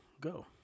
go